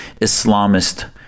Islamist